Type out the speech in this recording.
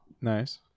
Nice